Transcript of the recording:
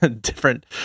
different